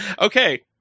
Okay